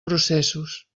processos